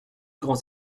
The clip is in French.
grands